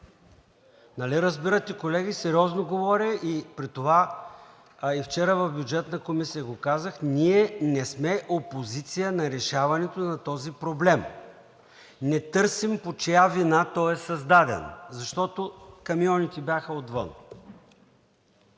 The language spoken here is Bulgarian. Нали разбирате, колеги, сериозно говоря, при това и вчера в Бюджетната комисия го казах, ние не сме опозиция на решаването на този проблем. Не търсим по чия вина той е създаден, защото камионите бяха отвън.